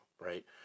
right